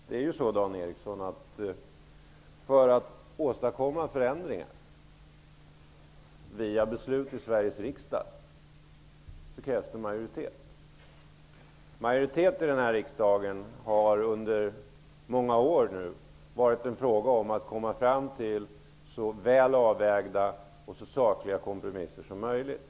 Fru talman! För att åstadkomma förändringar via beslut i Sveriges riksdag krävs det majoritet, Dan Eriksson i Stockholm. Majoritet i den här riksdagen har nu i många år varit en fråga om att komma fram till så väl avvägda och så sakliga kompromisser som möjligt.